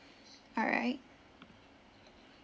all right